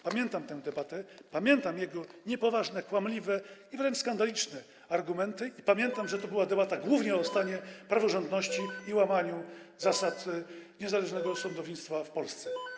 Pamiętam tę debatę, pamiętam jego niepoważne, kłamliwe i wręcz skandaliczne argumenty i pamiętam, że to była debata głównie o stanie praworządności i łamaniu zasad niezależnego sądownictwa w Polsce.